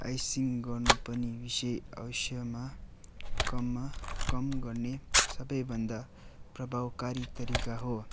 icing गर्नु पनि विषय अवस्यमा कममा कम गर्ने सबैभन्दा प्रभावकारी तरिका हो